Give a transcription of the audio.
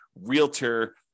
realtor